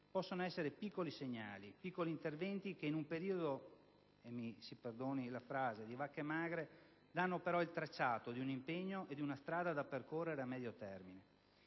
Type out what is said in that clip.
possono essere piccoli segnali e piccoli interventi che, in un periodo - mi si perdoni l'espressione - di vacche magre, danno però il tracciato di un impegno e di una strada da percorrere a medio termine.